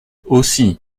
aussi